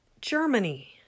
Germany